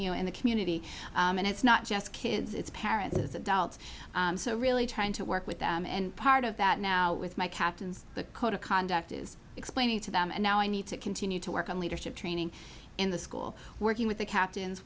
you in the community and it's not just kids it's parents as adults so really trying to work with them and part of that now with my captains the code of conduct is explaining to them and now i need to continue to work on leadership training in the school working with the captain